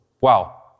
Wow